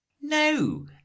no